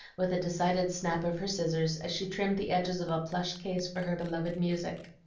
with a decided snap of her scissors, as she trimmed the edges of a plush case for her beloved music.